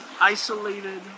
isolated